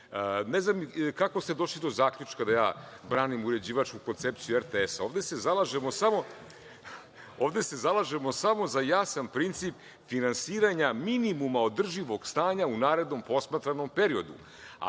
znam kako ste došli do zaključka da ja branim uređivačku koncepciju RTS. Ovde se zalažemo samo za jasan princip finansiranja minimuma održivog stanja u narednom posmatranom periodu,